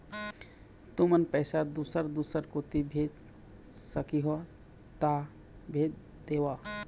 तुमन पैसा दूसर दूसर कोती भेज सखीहो ता भेज देवव?